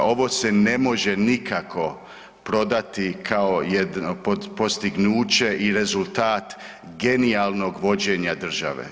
Ovo se ne može nikako prodati kao jedno postignuće i rezultat genijalnog vođenja države.